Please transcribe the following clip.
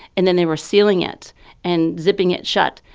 and then they were sealing it and zipping it shut.